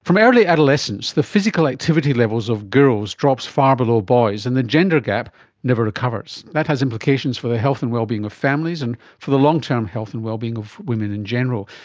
from early adolescence, the physical activity levels of girls drops far below boys and the gender gap never recovers. that has implications for the health and well-being of families and for the long-term health and well-being of women in general,